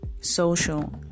social